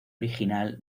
original